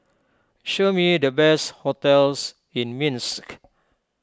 show me the best hotels in Minsk